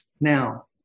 Now